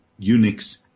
Unix